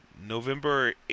November